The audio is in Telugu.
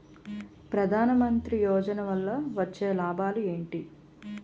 ప్రధాన మంత్రి యోజన వల్ల వచ్చే లాభాలు ఎంటి?